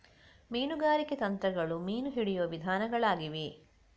ಮೀನುಗಾರಿಕೆ ತಂತ್ರಗಳು ಮೀನು ಹಿಡಿಯುವ ವಿಧಾನಗಳಾಗಿವೆ